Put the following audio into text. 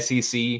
SEC